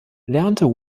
lernte